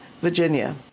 Virginia